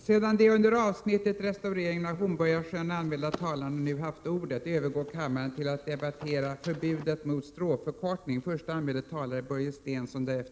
Sedan de under avsnittet Regeringens åtgärder i anledning av mordet på statsminister Olof Palme anmälda talarna nu haft ordet övergår kammaren till att debattera avsnittet Krigsmaterielexport.